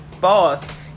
boss